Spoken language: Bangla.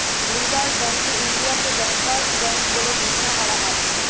রিসার্ভ ব্যাঙ্ককে ইন্ডিয়াতে ব্যাংকার্স ব্যাঙ্ক বলে ঘোষণা করা হয়